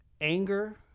Anger